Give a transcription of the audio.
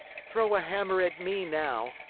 throw a hammer at me now.